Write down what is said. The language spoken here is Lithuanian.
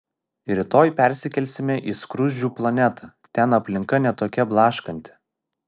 rytoj persikelsime į skruzdžių planetą ten aplinka ne tokia blaškanti